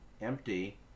empty